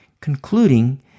concluding